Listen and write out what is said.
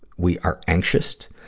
we are anxioust,